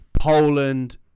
Poland